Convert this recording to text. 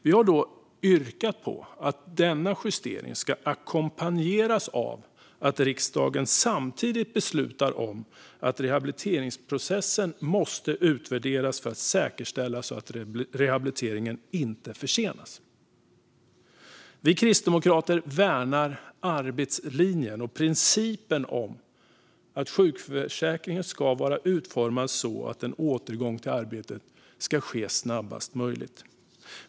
Vi har yrkat på att denna justering ska ackompanjeras av att riksdagen samtidigt beslutar att man måste utvärdera rehabiliteringsprocessen för att säkerställa att rehabiliteringen inte försenas. Vi kristdemokrater värnar arbetslinjen och principen att sjukförsäkringen ska vara utformad så att en återgång till arbete ska ske så snabbt som möjligt.